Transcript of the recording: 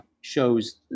shows